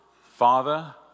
Father